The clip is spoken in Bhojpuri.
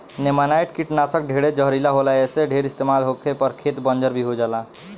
नेमानाइट कीटनाशक ढेरे जहरीला होला ऐसे ढेर इस्तमाल होखे पर खेत बंजर भी हो जाला